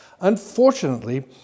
Unfortunately